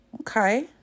Okay